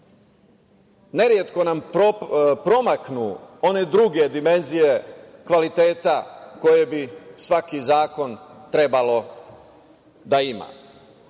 neretko nam promaknu one druge dimenzije kvaliteta koje bi svaki zakon trebalo da